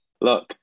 look